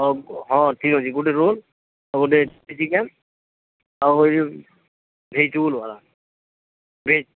ହଉ ହଁ ଠିକ୍ ଅଛି ଗୋଟେ ରୋଲ୍ ଆଉ ଗୋଟେ ଚିଲ୍ଲୀ ଚିକେନ୍ ଆଉ ଗୋଟେ ଭେଜିଟେବୁଲ୍ ହଁ ଭେଜ୍